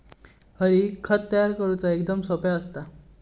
हरी, खत तयार करुचा एकदम सोप्पा असता